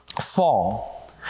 fall